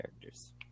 characters